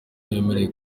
ntibemerewe